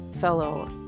fellow